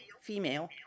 female